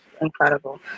incredible